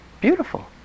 Beautiful